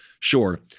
Sure